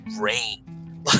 rain